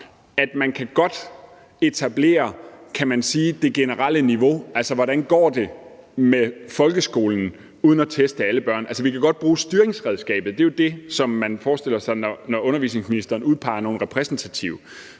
kan man sige, det generelle niveau – altså hvordan det går med folkeskolen – uden at teste alle børn. Vi kan godt bruge styringsredskabet. Det er jo det, som man forestiller sig, når undervisningsministeren udpeger nogle repræsentativt.